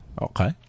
Okay